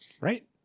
right